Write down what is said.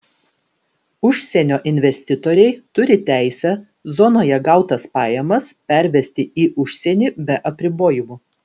užsienio investitoriai turi teisę zonoje gautas pajamas pervesti į užsienį be apribojimų